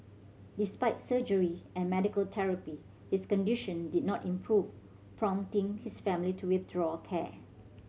despite surgery and medical therapy his condition did not improve prompting his family to withdraw care